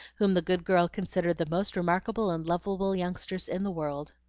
whom the good girl considered the most remarkable and lovable youngsters in the world.